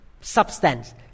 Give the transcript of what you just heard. substance